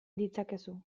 ditzakezu